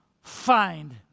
Find